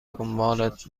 دنبالت